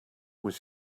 was